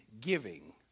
giving